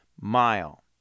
mile